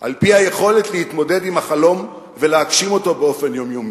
על-פי היכולת להתמודד עם החלום ולהגשים אותו באופן יומיומי.